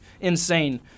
Insane